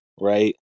right